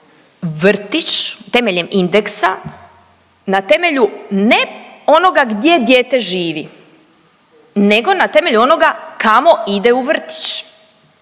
vrtić temeljem indeksa na temelju ne onoga gdje dijete živi nego na temelju onoga kamo ide u vrtić,